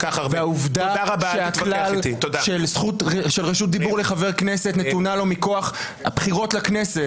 העובדה שהכלל של רשות דיבור לחבר כנסת נתונה לו מכוח הבחירות לכנסת.